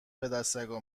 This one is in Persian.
پدسگا